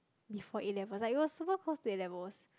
before A-levels like it was super close to A-levels